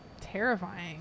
terrifying